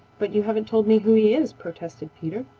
but you haven't told me who he is, protested peter.